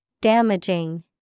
Damaging